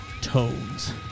tones